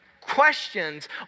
Questions